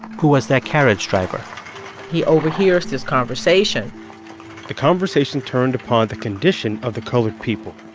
who was their carriage driver he overhears this conversation the conversation turned upon the condition of the colored people,